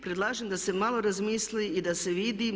Predlažem da se malo razmisli i da se vidi.